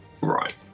Right